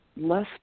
less